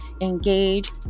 engage